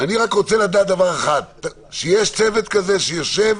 אני רוצה לדעת שיש צוות שיושב